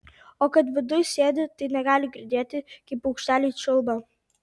o kad viduj sėdi tai negali girdėti kaip paukšteliai čiulba